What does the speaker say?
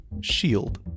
shield